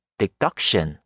deduction